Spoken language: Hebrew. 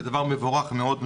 הוא מבורך מאוד.